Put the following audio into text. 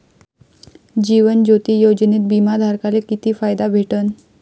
जीवन ज्योती योजनेत बिमा धारकाले किती फायदा भेटन?